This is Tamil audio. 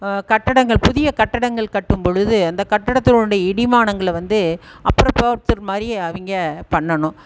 கட்டடங்கள் புதிய கட்டடங்கள் கட்டும் பொழுது அந்த கட்டடத்தினுடைய இடி மானங்களை வந்து அப்புறப்படுத்துகிற மாதிரியே அவங்க பண்ணணும்